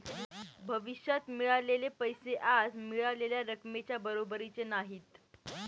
भविष्यात मिळालेले पैसे आज मिळालेल्या रकमेच्या बरोबरीचे नाहीत